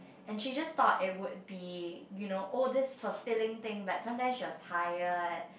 and she just thought it would be you know all these fulfilling thing but sometimes she was tired